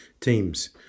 teams